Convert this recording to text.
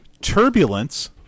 Turbulence